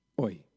oi